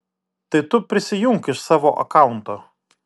tai tu prisijunk iš savo akaunto